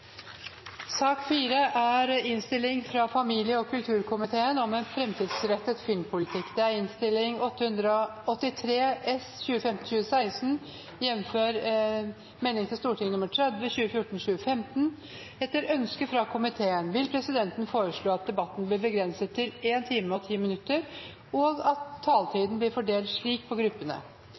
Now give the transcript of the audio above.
sak nr. 3. Etter ønske fra familie- og kulturkomiteen vil presidenten foreslå at debatten blir begrenset til 1 time og 10 minutter, og at taletiden blir fordelt slik på gruppene: